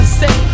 say